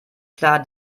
klar